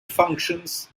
functions